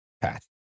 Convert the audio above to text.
path